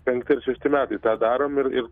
penkti ar šešti metai tą darom ir tas